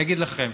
אני אגיד לכם,